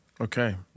okay